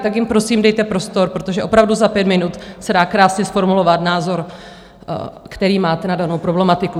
Tak jim prosím dejte prostor, protože opravdu za pět minut se dá krásně zformulovat názor, který máte na danou problematiku.